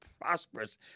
prosperous